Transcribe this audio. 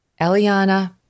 eliana